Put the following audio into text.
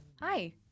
Hi